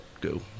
go